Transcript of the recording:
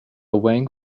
wang